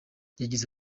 yagize